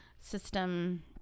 system